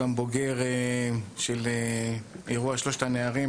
אני גם בוגר של אירוע שלושת הנערים,